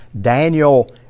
Daniel